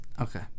Okay